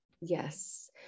Yes